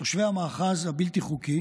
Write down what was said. תושבי המאחז הבלתי-חוקי